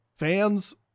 Fans